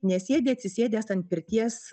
nesėdi atsisėdęs ant pirties